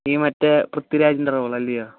ഈ മറ്റേ പൃഥ്വിരാജിൻ്റെ റോൾ അല്ലയോ